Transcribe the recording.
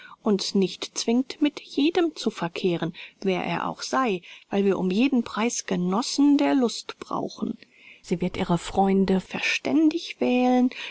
nicht zwingt mit jedem zu verkehren wer er auch sei weil wir um jeden preis genossen der lust brauchen sie wird ihre freunde verständig wählen